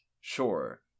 sure